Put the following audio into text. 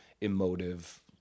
emotive